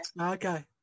Okay